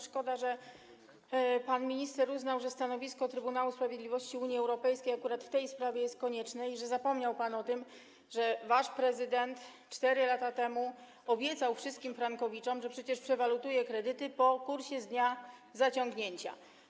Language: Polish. Szkoda, że pan minister uznał, że stanowisko Trybunału Sprawiedliwości Unii Europejskiej akurat w tej sprawie jest konieczne, i że zapomniał pan o tym, że przecież wasz prezydent 4 lata temu obiecał wszystkim frankowiczom, że przewalutuje kredyty po kursie z dnia zaciągnięcia.